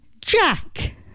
Jack